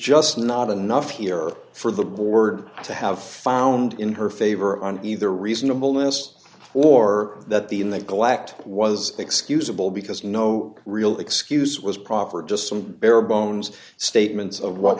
just not enough here for the board to have found in her favor on either reasonable this or that the in the galactic was excusable because no real excuse was proffered just some bare bones statements of what